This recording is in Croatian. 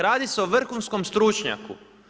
Radi se o vrhunskom stručnjaku.